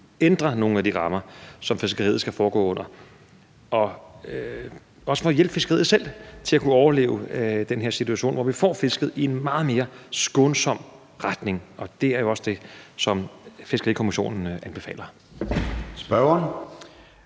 ændrer nogle af de rammer, som fiskeriet skal foregå under – også for at hele fiskeriet selv skal kunne overleve den her situation, hvor vi får fisket i en meget mere skånsom retning. Og det er jo også det, som Fiskerikommissionen anbefaler. Kl.